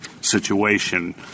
situation